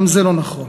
גם זה לא נכון.